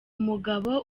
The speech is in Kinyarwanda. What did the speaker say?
mugabo